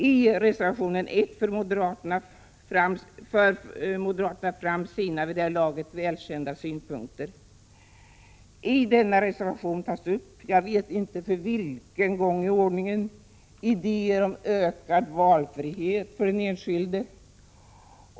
I reservation 1 för moderaterna fram sina numera välkända synpunkter. I denna reservation tas upp, jag vet inte för vilken gång i ordningen, idéer om ökad valfrihet för den enskilde.